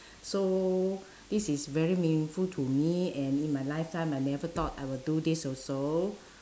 so this is very meaningful to me and in my lifetime I never thought I will do this also